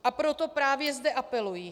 A proto právě zde apeluji.